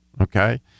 okay